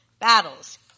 Battles